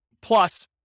plus